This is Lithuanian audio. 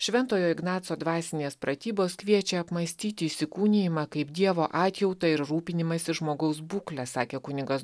šventojo ignaco dvasinės pratybos kviečia apmąstyti įsikūnijimą kaip dievo atjautą ir rūpinimąsi žmogaus būkle sakė kunigas